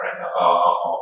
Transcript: right